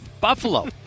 Buffalo